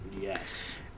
Yes